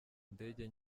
ndege